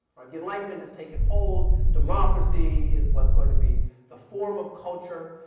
the enlightenment has taken hold, democracy is what is going to be the form of culture.